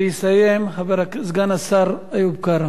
ויסיים סגן השר איוב קרא.